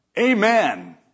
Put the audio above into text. Amen